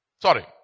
sorry